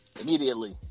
Immediately